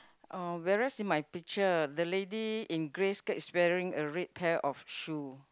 uh whereas in my picture the lady in grey skirt is wearing a red pair of shoe